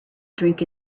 drink